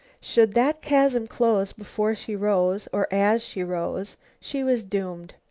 should that chasm close before she rose, or as she rose, she was doomed.